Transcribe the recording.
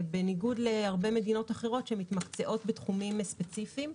בניגוד להרבה מדינות אחרות שמתמקצעות בתחומים ספציפיים.